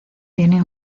tiene